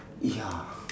ya